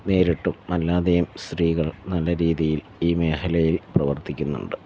നേരിട്ടും അല്ലാതെയും സ്ത്രീകൾ നല്ല രീതിയിൽ ഈ മേഖലയിൽ പ്രവർത്തിക്കുന്നുണ്ട്